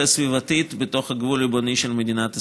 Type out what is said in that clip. הסביבתית בתוך הגבול הריבוני של מדינת ישראל.